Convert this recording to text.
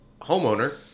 homeowner